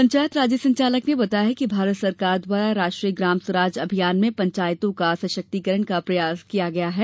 पंचायत राज्य संचालक ने बताया कि भारत सरकार द्वारा राष्ट्रीय ग्राम स्वराज अभियान में पंचायतों का सशक्तिकरण का प्रयास किया है